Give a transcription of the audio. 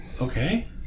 Okay